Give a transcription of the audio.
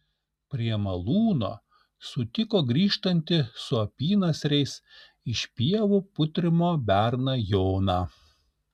prie malūno sutiko grįžtantį su apynasriais iš pievų putrimo berną joną